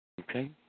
Okay